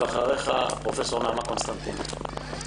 ואחריך פרופ' נעמה קונסטנטיני.